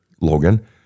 Logan